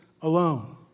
alone